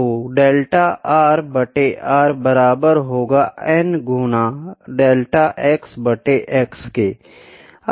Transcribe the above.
तो delta r बट्टे r बराबर होगा n गुना डेल्टा x बट्टे x के